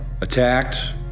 attacked